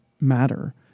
matter